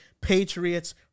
Patriots